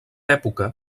època